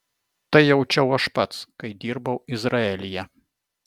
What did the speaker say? tai jaučiau aš pats kai dirbau izraelyje